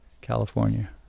California